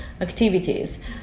activities